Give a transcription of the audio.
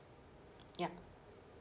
ya